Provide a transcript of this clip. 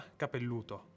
capelluto